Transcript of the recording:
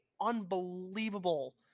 unbelievable